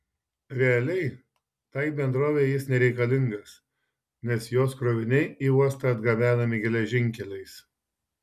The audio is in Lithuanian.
realiai tai bendrovei jis nereikalingas nes jos kroviniai į uostą atgabenami geležinkeliais